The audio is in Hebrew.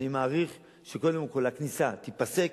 אני מעריך שקודם כול הכניסה תיפסק,